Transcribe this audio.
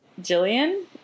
Jillian